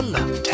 Love